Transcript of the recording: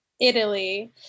Italy